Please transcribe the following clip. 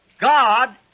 God